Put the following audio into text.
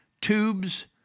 tubes